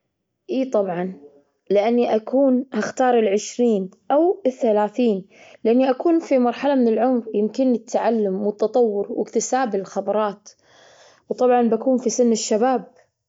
إيه طبعا، لأني أكون حختار العشرين أو الثلاثين، لأني أكون في مرحلة من العمر يمكنني التعلم والتطور واكتساب الخبرات، وطبعا بأكون في سن الشباب.